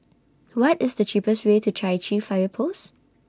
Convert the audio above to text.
What IS The cheapest Way to Chai Chee Fire Post